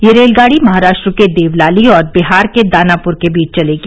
यह रेलगाड़ी महाराष्ट्र के देवलाली और बिहार के दानापुर के बीच चलेगी